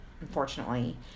unfortunately